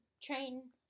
train